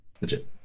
legit